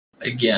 Again